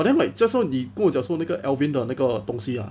but then like just now 你跟我讲说那个 alvin 的那个东西 ah